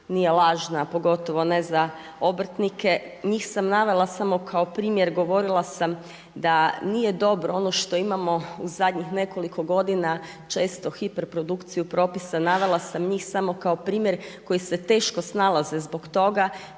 nije lažna, a pogotovo ne za obrtnike. Njih sam navela samo kao primjer, govorila sam da nije dobro ono što imamo u zadnjih nekoliko godina često hiper produkciju propisa. Navela sam njih samo kao primjer koji se teško snalaze zbog toga